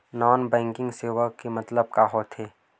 Non banking सेवा के मतलब का होथे?